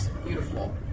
beautiful